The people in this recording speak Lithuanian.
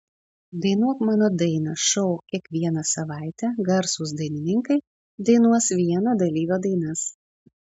dainuok mano dainą šou kiekvieną savaitę garsūs dainininkai dainuos vieno dalyvio dainas